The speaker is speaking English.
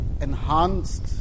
enhanced